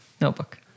notebook